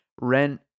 Rent